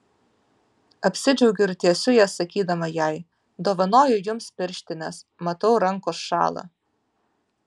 apsidžiaugiu ir tiesiu jas sakydama jai dovanoju jums pirštines matau rankos šąla